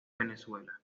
venezuela